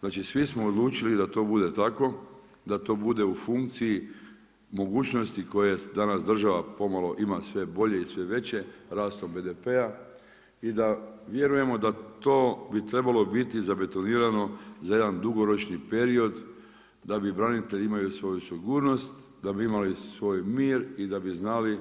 Znači svi smo odlučili da to bude tako, da to bude u funkciji, mogućnosti koje danas država pomalo ima sve bolje i sve veće rastom BDP-a i da vjerujemo da to bi trebalo biti zabetonirano za jedan dugoročni period da bi branitelji imali svoju sigurnost, da bi imali svoj mir i da bi znali